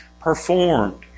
performed